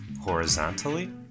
horizontally